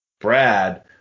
Brad